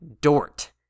dort